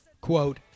quote